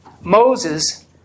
Moses